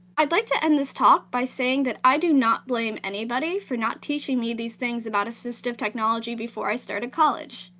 i'd like to end this talk by saying that i do not blame anybody for not teaching me these things about assistive technology before i started college,